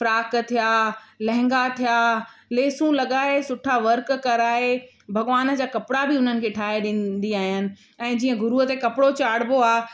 frock थिया लहंगा थिया लेसूं लॻाए सुठा वर्क कराए भॻवान जा कपिड़ा बि उन्हनि खे ठाहे ॾींदी आहियानि ऐं जीअं गुरूअ ते कपिड़ो चाढ़बो आहे